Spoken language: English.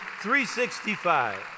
365